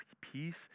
peace